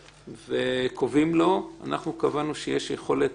וקובעים לו - אנחנו קבענו שיש יכולת